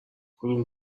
کدوم